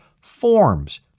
forms